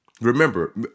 Remember